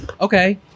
Okay